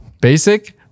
basic